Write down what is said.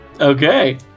Okay